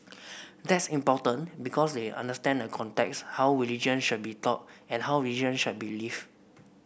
that's important because they understand the context how religion should be taught and how religion should be lived